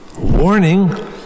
warning